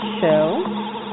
show